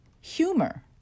humor